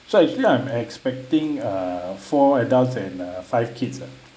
so actually I'm expecting uh four adults and uh five kids uh